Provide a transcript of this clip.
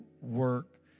work